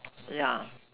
ya